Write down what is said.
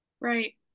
Right